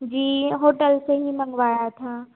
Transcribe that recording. जी hotel से ही मँगवाया था